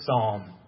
psalm